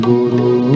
Guru